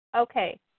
Okay